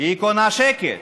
היא קונה שקט.